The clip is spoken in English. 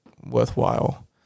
worthwhile